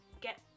get